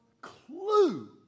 clue